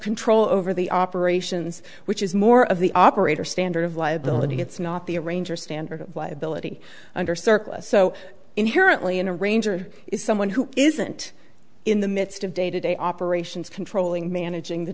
control over the operations which is more of the operator standard of liability it's not the arranger standard of liability under circle so inherently in a ranger is someone who isn't in the midst of day to day operations controlling managing the